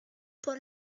por